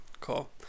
cool